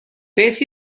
beth